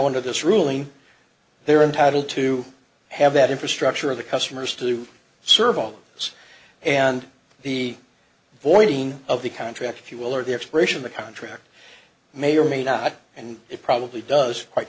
under this ruling they're entitled to have that infrastructure of the customers to serve all of us and the avoiding of the contract if you will or the expiration of the contract may or may not and it probably does quite